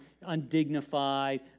Undignified